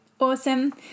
Awesome